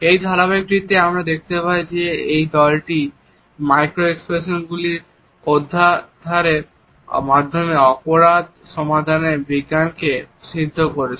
এই ধারাবাহিকটিতে আমরা দেখতে পাই যে এই দলটি মাইক্রো এক্সপ্রেশনগুলির অর্থোদ্ধারের মাধ্যমে অপরাধ সমাধানের বিজ্ঞানকে সিদ্ধ করেছে